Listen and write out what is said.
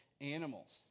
animals